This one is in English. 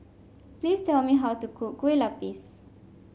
please tell me how to cook Kue Lupis